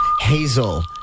hazel